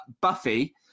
Buffy